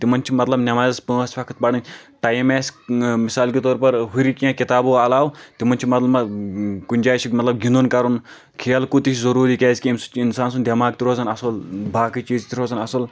تِمن چھ مطلب نمازس پٲنٛژھ وقت پرٕنۍ ٹایِم آسہِ مثال کے طور پر ہُرِ کینٛہہ کتابو علاوٕ تِمن چھُ کُنہِ جایہِ چھُ مطلب گِنٛدُن کرُن کھیل کوٗد تہِ چھُ ضروٗری کیٛازِ کہِ امہِ سۭتۍ چھُ انسان سُنٛد دٮ۪ماغ تہِ روزان اصل تہٕ باقٕے چیٖز تہِ روزان اصل